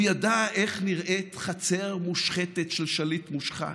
הוא ידע איך נראית חצר מושחתת של שליט מושחת,